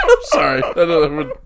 Sorry